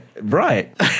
right